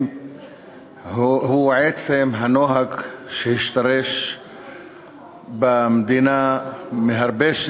הוא עצם הנוהג שהשתרש במדינה מהרבה,